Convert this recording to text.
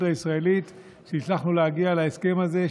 הישראלית שהצלחנו להגיע להסכם הזה,